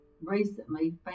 recently